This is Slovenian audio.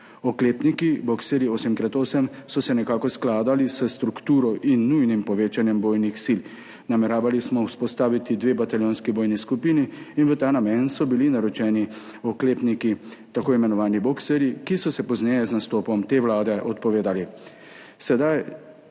oklepniki bokserji 8X8 so se nekako skladali s strukturo in nujnim povečanjem bojnih sil. Nameravali smo vzpostaviti dve bataljonski bojni skupini in v ta namen so bili naročeni oklepniki, tako imenovani bokserji, ki so se pozneje z nastopom te vlade odpovedali.